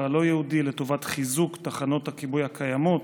הלא-יהודי לטובת חיזוק תחנות הכיבוי הקיימות.